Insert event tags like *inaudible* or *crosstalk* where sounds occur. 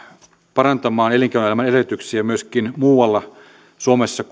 parantamaan elinkeinoelämän edellytyksiä myöskin muualla suomessa *unintelligible*